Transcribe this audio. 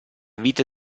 vita